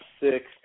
six